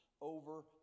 over